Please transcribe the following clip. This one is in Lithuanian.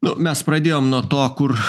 nu mes pradėjom nuo to kur